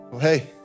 hey